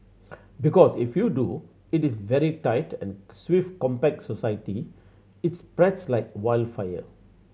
because if you do it is very tight and swift compact society it's spreads like wild fire